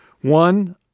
One